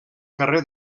carrer